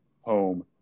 home